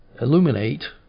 illuminate